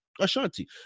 Ashanti